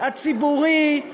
הציבורי,